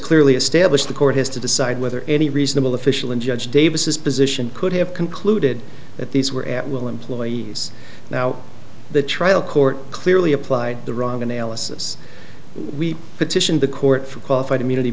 clearly established the court has to decide whether any reasonable official in judge davis position could have concluded that these were at will employees now the trial court clearly applied the wrong analysis we petitioned the court for qualified immunity